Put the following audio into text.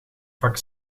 vak